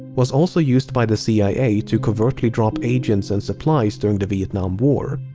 was also used by the cia to covertly drop agents and supplies during the vietnam war.